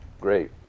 great